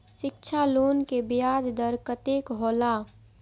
शिक्षा लोन के ब्याज दर कतेक हौला?